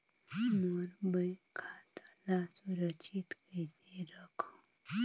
मोर bank खाता ला सुरक्षित कइसे रखव?